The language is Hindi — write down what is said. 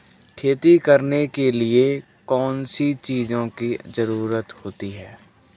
खेती करने के लिए कौनसी चीज़ों की ज़रूरत होती हैं?